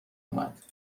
اومد